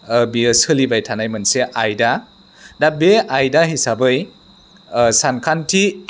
बेयो सोलिबाय थानाय मोनसे आयदा दा बे आयदा हिसाबै सानखान्थि